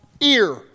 ear